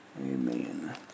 Amen